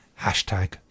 Hashtag